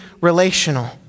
relational